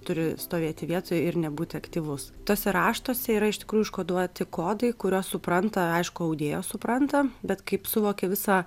turi stovėti vietoj ir nebūti aktyvus tuose raštuose yra iš tikrųjų užkoduoti kodai kuriuos supranta aišku audėjos supranta bet kaip suvokė visą